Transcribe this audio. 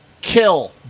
kill